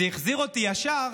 זה החזיר אותי ישר